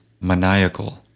maniacal